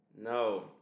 No